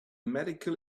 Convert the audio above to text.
medical